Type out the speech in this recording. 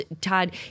Todd